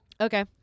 Okay